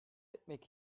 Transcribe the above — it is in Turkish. etmek